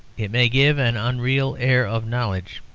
it may give an unreal air of knowledge,